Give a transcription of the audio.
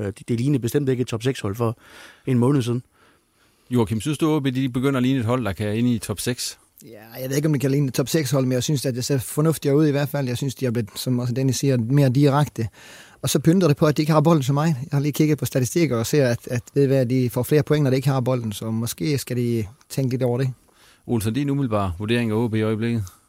Det- det lignede bestemt ikke et top-seks-hold for en måned siden. Joachim, synes du, at OB, de begynder at ligne et hold, der kan ind i top-seks? Ja, jeg ved ikke, om de kan ligne et top-seks-hold, men jeg synes, at det ser fornuftigere ud i hvert fald. Jeg synes, de er blevet, som også Dennis siger, mere direkte. Og så pynter det på, at de ikke har bolden så meget. Jeg har lige kigget på statistikker og ser, at- at ved I hvad, de får flere point, når de ikke har bolden, så måske skal de tænke lidt over det. Olsen, din umiddelbare vurdering af OB i øjeblikket?